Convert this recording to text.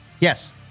Yes